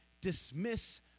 dismiss